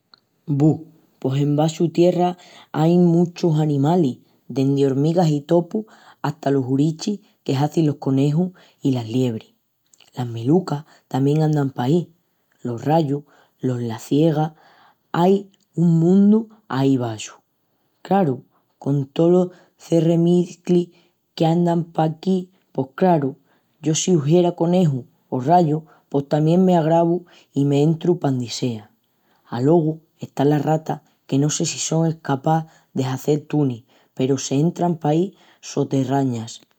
Güenu, pos hueraparti los pecis pos ain muchus animalis que vivin embaxu l'augua comu sonin pos la ballena i el galfín. Alogu tamién ain las tortugas marinas, que paquí les izimus galápagus. Tamién las culebrinas, las salamanquesas. Güenu, craru, i assín hiziendu memoria. pos el pulpu, la melusa, los cangrejus, las estrellas de mari, los cavallinus essus, los pingüinus que tamién s'entran... La verdá es qu'ain unus pocus paí!